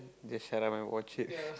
just shut up and watch it